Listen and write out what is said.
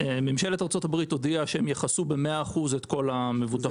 אבל ממשלת ארצות הברית הודיעה שהם יכסו ב-100 אחוז את כל המבוטחים,